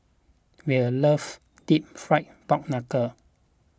will loves Deep Fried Pork Knuckle